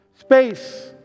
Space